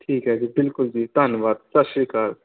ਠੀਕ ਹੈ ਜੀ ਬਿਲਕੁਲ ਜੀ ਧੰਨਵਾਦ ਸਤਿ ਸ਼੍ਰੀ ਅਕਾਲ